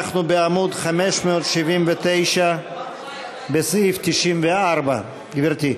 אנחנו בעמוד 579, בסעיף 94. גברתי.